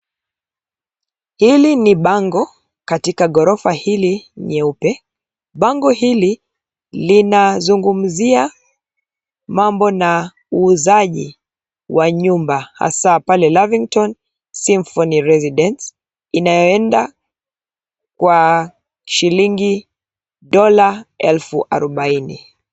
Hili ni bango katika gorofa hili nyeupe. Bango hili linazungumzia mambo na uuzaji wa nyumba hasa pale Lavington Symphony Residence inayoenda kwa shilingi dola elfu arobaini.